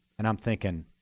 and i'm thinking,